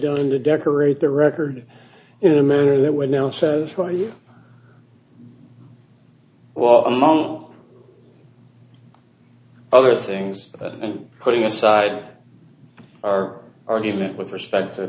done to decorate the record in a manner that would now says well you well among other things and putting aside our argument with respect to